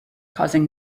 causing